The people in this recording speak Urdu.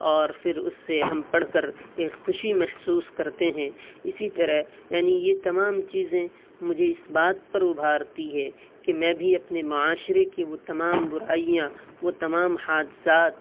اور پھر اس سے ہم پڑھ کر ایک خوشی محسوس کرتے ہیں اسی طرح یعنی یہ تمام چیزیں مجھے اس بات پر ابھارتی ہے کہ میں بھی اپنے معاشرے کی وہ تمام برائیاں وہ تمام حادثات